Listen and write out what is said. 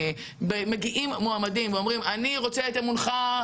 וכשמגיעים מועמדים ואומרים: אני רוצה את אמונך,